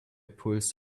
pulls